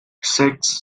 six